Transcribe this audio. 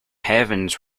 heavens